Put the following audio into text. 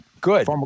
Good